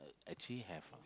actually have ah